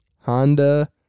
Honda